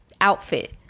outfit